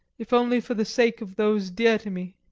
if only for the sake of those dear to me!